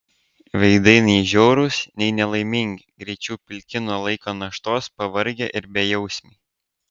veidai nei žiaurūs nei nelaimingi greičiau pilki nuo laiko naštos pavargę ir bejausmiai